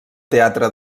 teatre